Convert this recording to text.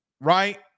right